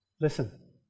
Listen